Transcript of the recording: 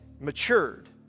matured